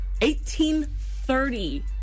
1830